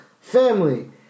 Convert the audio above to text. family